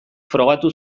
frogatu